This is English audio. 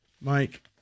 Mike